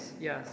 yes